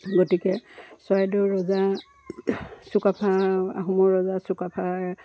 গতিকে চৰাইদেউ ৰজা চুকাফা আহোমৰ ৰজা চুকাফাৰ